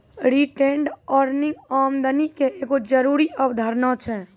retained earning आमदनी के एगो जरूरी अवधारणा छै